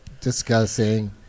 discussing